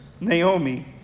Naomi